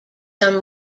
some